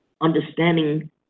understanding